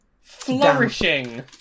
Flourishing